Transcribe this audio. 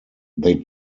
they